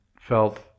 felt